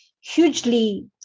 hugely